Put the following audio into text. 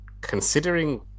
considering